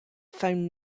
found